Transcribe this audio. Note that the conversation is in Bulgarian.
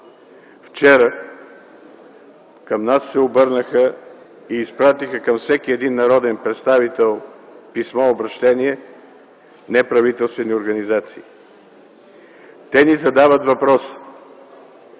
Вчера към нас се обърнаха и изпратиха към всеки един народен представител писмо-обръщение неправителствени организации. Те ни задават въпрос: